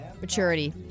Maturity